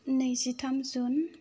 नैजिथाम जुन